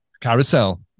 Carousel